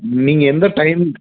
நீங்கள் எந்த டைம்